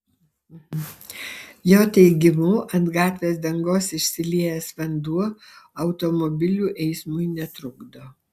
jo teigimu ant gatvės dangos išsiliejęs vanduo automobilių eismui netrukdo